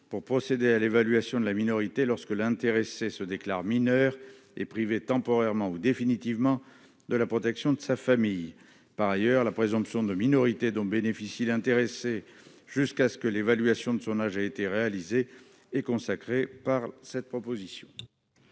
pour procéder à l'évaluation de la minorité lorsque l'intéressé se déclare mineur et privé temporairement, ou définitivement, de la protection de sa famille. Par ailleurs, la présomption de minorité dont bénéficie l'intéressé jusqu'à ce que l'évaluation de son âge ait été réalisée est consacrée par cette proposition.